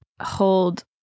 hold